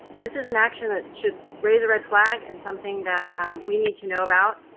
this is an action that should raise a red flag and something that we need to know about